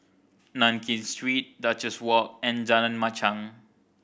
Nankin Street Duchess Walk and Jalan Machang